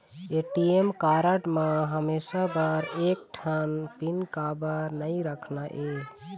ATM card म हमेशा बर एक ठन पिन काबर नई रखना हे?